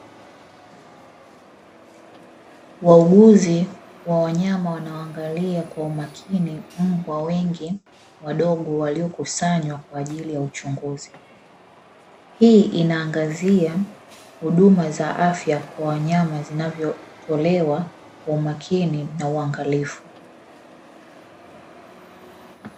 Wauguzi wa wanyama wanaoangalia kwa umakini wa wengi wadogo waliokusanywa kwa ajili ya uchunguzi inaangazia huduma za afya kwa wanyama zinavyotolewa kwa umakini na uangalifu.